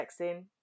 texting